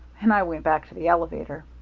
and i went back to the elevator.